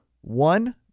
one